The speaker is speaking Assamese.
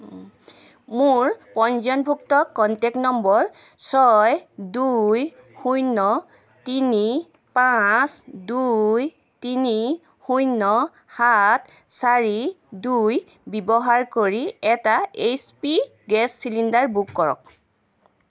মোৰ পঞ্জীয়নভুক্ত কন্টেক্ট নম্বৰ ছয় দুই শূন্য তিনি পাঁচ দুই তিনি শূন্য সাত চাৰি দুই ব্যৱহাৰ কৰি এটা H P gas cylinder book কৰক